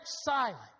silent